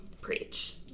preach